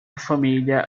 família